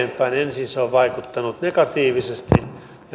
se on vaikuttanut negatiivisesti ja myöhemmin